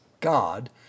God